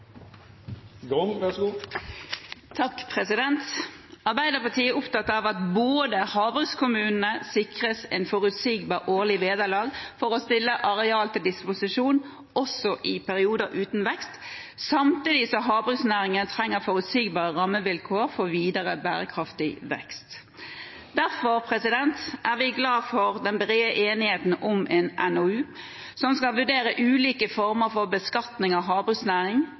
opptatt av at havbrukskommunene sikres et forutsigbart årlig vederlag for å stille areal til disposisjon, også i perioder uten vekst, samtidig som havbruksnæringen trenger forutsigbare rammevilkår for videre bærekraftig vekst. Derfor er vi glad for den brede enigheten om en NOU som skal vurdere ulike former for beskatning av